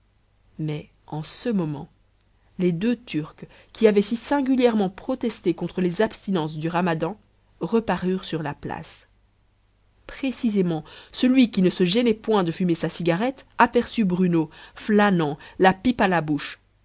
mais en ce moment les deux turcs qui avaient si singulièrement protesté contre les abstinences du ramadan reparurent sur la place précisément celui qui ne se gênait point de fumer sa cigarette aperçut bruno flânant la pipe à la bouche